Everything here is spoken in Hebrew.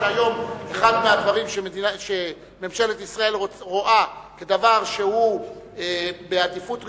שהיום אחד מהדברים שממשלת ישראל רואה כדבר שהוא בעדיפות ראשונה,